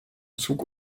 zug